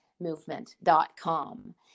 movement.com